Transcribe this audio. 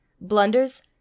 Blunders